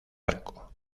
arco